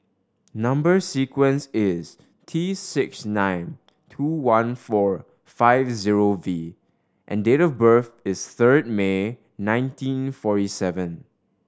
number sequence is T six nine two one four five zero V and date of birth is third May nineteen forty seven